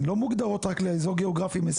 הן לא מוגדרות רק לאזור גיאוגרפי מסוים.